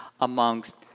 amongst